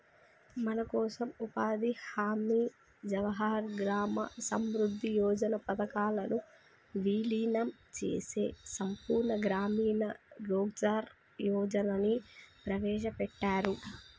మనకోసం ఉపాధి హామీ జవహర్ గ్రామ సమృద్ధి యోజన పథకాలను వీలినం చేసి సంపూర్ణ గ్రామీణ రోజ్గార్ యోజనని ప్రవేశపెట్టారు